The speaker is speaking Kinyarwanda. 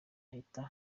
ahita